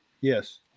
Yes